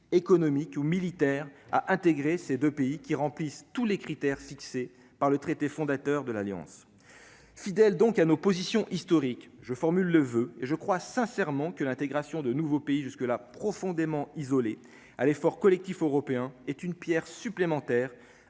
économique ou militaire à intégrer ces 2 pays qui remplissent tous les critères fixés par le traité fondateur de l'Alliance fidèle donc à nos positions historiques, je formule le voeu, et je crois sincèrement que l'intégration de nouveaux pays jusque-là profondément isolé à l'effort collectif européen est une Pierre supplémentaire